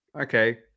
okay